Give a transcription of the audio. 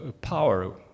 power